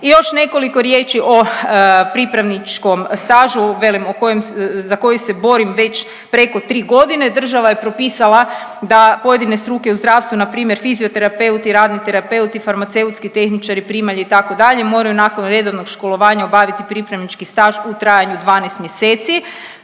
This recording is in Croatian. I još nekoliko riječi o pripravničkom stažu velim za koji se borim već preko tri godine, država je propisala da pojedine struke u zdravstvu npr. fizioterapeuti, radni terapeuti, farmaceutski tehničari, primalje itd., moraju nakon redovnog školovanja obaviti pripravnički staž u trajnu od 12 mjeseci